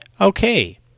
Okay